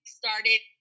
started